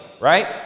right